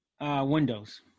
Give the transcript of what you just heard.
Windows